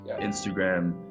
Instagram